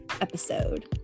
episode